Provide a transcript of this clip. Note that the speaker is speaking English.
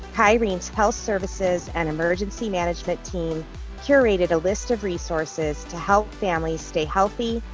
kyrene's health services and emergency management team curated a list of resources to help families stay healthy,